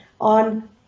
on